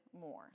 more